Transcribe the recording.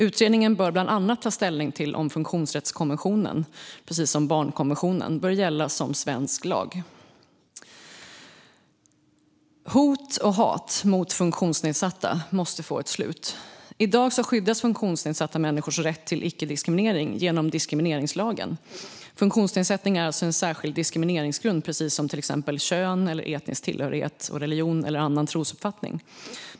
Utredningen bör bland annat ta ställning till om funktionsrättskonventionen bör gälla som svensk lag precis som barnkonventionen. Hot och hat mot funktionsnedsatta måste få ett slut. I dag skyddas funktionsnedsatta människors rätt till icke-diskriminering genom diskrimineringslagen. Funktionsnedsättning är alltså en särskild diskrimineringsgrund, precis som till exempel kön, etnisk tillhörighet och religion eller annan trosuppfattning.